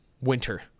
winter